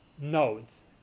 nodes